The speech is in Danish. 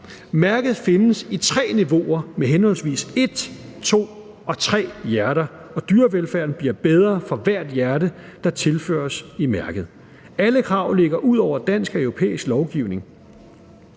Mærket findes i tre niveauer med henholdsvis et, to og tre hjerter, og dyrevelfærden bliver bedre, for hvert hjerte der tilføres i mærket. Alle krav ligger ud over dansk og europæisk lovgivning.